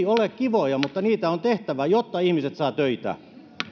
ole kivoja mutta niitä on tehtävä jotta ihmiset saavat töitä